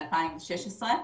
מ-2016,